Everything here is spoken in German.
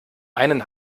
einen